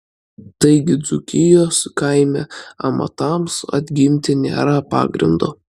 taigi dzūkijos kaime amatams atgimti nėra pagrindo